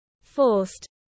forced